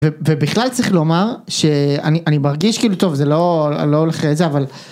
ו-ובכלל צריך לומר ש...אני-אני מרגיש כאילו טוב, זה לא, א... לא הולך זה- אבל,